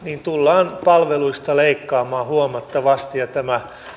tullaan palveluista leikkaamaan huomattavasti ja tämä